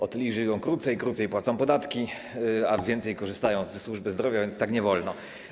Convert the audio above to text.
Otyli żyją krócej, krócej płacą podatki, a więcej korzystają ze służby zdrowia, więc tak nie wolno.